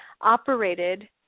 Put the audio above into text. operated